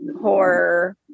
horror